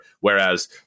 Whereas